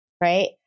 right